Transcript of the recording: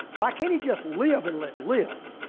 why can't he just leave and let leave?